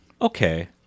okay